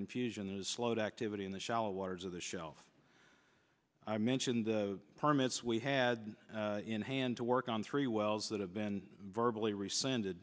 confusion and slowed activity in the shallow waters of the shelf i mentioned the permits we had in hand to work on three wells that have been verbally rescinded